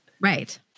Right